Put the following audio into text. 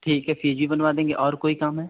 ठीक है फ्रिज भी बनवा देंगें और कोई काम है